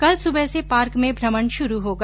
कल सुबह से पार्क में भ्रमण शुरू होगा